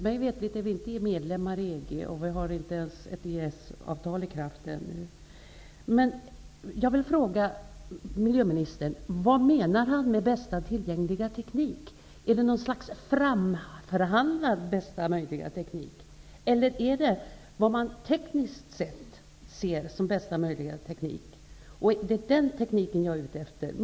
Mig veterligt är Sverige inte medlem i EG, och vi har inte ens ett EES-avtal i kraft ännu. Jag vill då fråga miljöministern: Vad menar miljöministern med bästa tillgängliga teknik? Är det något slags framförhandlad bästa möjliga teknik, eller är det vad man tekniskt sett anser som bästa teknik? Det är den tekniken jag är ute efter.